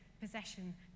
possession